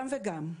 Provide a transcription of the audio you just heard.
גם וגם.